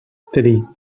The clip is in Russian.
три